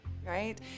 Right